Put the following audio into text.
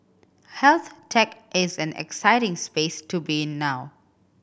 health tech is an exciting space to be in now